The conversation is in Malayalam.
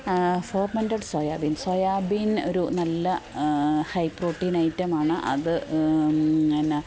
ഫോർമൻ്റഡ് സോയാബീൻ സോയാബീൻ ഒരു നല്ല ഹൈ പ്രോട്ടീൻ ഐറ്റമാണ് അത് എന്നാ